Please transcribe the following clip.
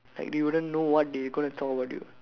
like you wouldn't know what they gonna talk about you